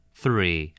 three